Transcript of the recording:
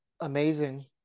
amazing